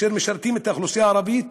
והם משרתים את האוכלוסייה הערבית